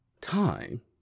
time